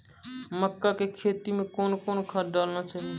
मक्का के खेती मे कौन कौन खाद डालने चाहिए?